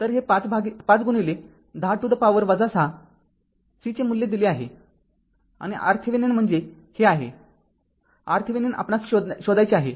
तर हे ५ गुणिले १० to the power ६ c चे मूल्य दिले आहे आणि RThevenin म्हणजे हे आहे RThevenin आपणास शोधायचे आहे